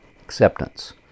Acceptance